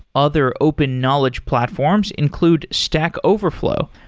other open knowledge platforms include stack overflow,